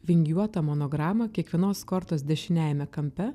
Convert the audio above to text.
vingiuotą monogramą kiekvienos kortos dešiniajame kampe